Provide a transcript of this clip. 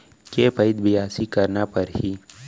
के पइत बियासी करना परहि?